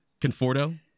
Conforto